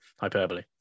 Hyperbole